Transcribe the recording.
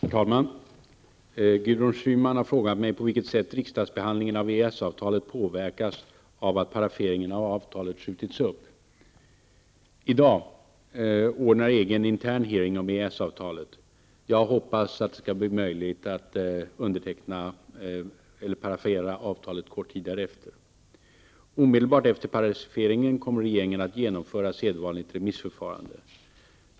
Herr talman! Gudrun Schyman har frågat mig på vilket sätt riksdagsbehandlingen av EES-avtalet påverkas av att paraferingen av avtalet skjutits upp. I dag anordnar EG en intern hearing om EES avtalet. Jag hoppas att det skall bli möjligt att parafera avtalet mycket kort tid därefter. Omedelbart efter paraferingen kommer regeringen att genomföra sedvanligt remissförfarande.